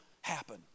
happen